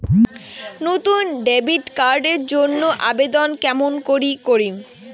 নতুন debit card এর জন্যে আবেদন কেমন করি করিম?